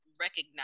recognize